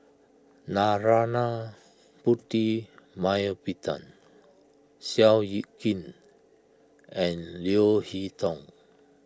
Narana Putumaippittan Seow Yit Kin and Leo Hee Tong